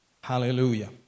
Hallelujah